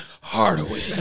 Hardaway